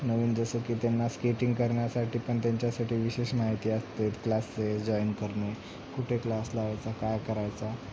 नवीन जसं की त्यांना स्केटिंग करण्यासाठी पण त्यांच्यासाठी विशेष माहिती असते क्लासेस जॉईन करणे कुठे क्लास लावायचा काय करायचा